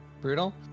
Brutal